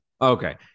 Okay